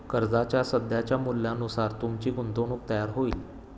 कर्जाच्या सध्याच्या मूल्यानुसार तुमची गुंतवणूक तयार होईल